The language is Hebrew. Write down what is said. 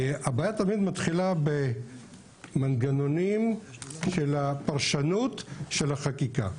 הבעיה תמיד מתחילה במנגנונים של הפרשנות של החקיקה.